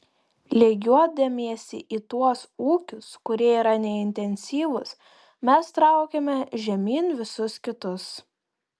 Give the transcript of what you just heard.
lygiuodamiesi į tuos ūkius kurie yra neintensyvūs mes traukiame žemyn visus kitus